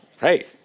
hey